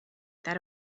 that